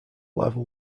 level